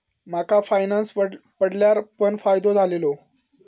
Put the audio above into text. माका फायनांस पडल्यार पण फायदो झालेलो